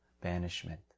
banishment